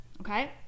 Okay